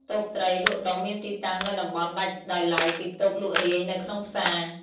តូបត្រី លក់ដុំមានទីតាំងនៅតំបន់ដាច់ដោយឡែកពីតូបលក់រាយនៅក្នុងផ្សារ។